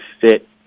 fit